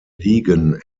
ligen